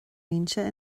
mbinse